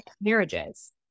marriages